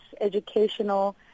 educational